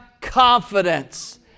confidence